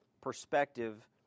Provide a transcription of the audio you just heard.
perspective